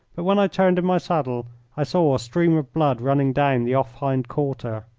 but when i turned in my saddle i saw a stream of blood running down the off hind-quarter.